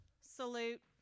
salute